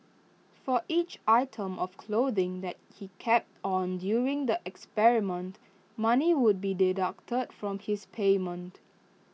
for each item of clothing that he kept on during the experiment money would be deducted from his payment